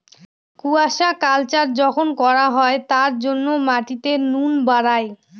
aquaculture যখন করা হয় তার জন্য মাটিতে নুন বাড়ায়